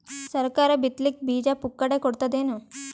ಸರಕಾರ ಬಿತ್ ಲಿಕ್ಕೆ ಬೀಜ ಪುಕ್ಕಟೆ ಕೊಡತದೇನು?